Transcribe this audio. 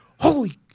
holy